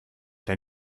dein